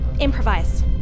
Improvise